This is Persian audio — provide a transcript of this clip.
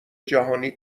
جهانی